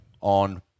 on